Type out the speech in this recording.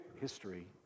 history